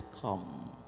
come